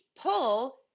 pull